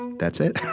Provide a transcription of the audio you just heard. that's it.